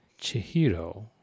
Chihiro